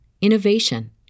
innovation